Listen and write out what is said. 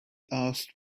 asked